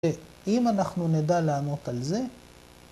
‫שאם אנחנו נדע לענות על זה,